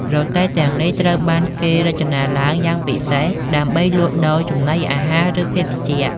រទេះទាំងនេះត្រូវបានគេរចនាឡើងយ៉ាងពិសេសដើម្បីលក់ដូរចំណីអាហារឬភេសជ្ជៈ។